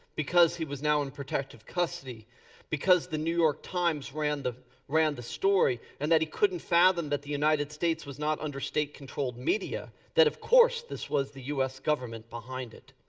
because he was now in protective custody because the new york times ran the ran the story and that he couldn't fathom that the united states was not under state controlled media, that of course this was the u s. government behind it.